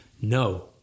No